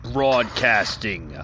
Broadcasting